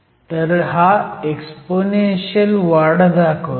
तर हा एक्स्पोनेन्शियल वाढ दाखवतो